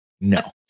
No